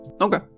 Okay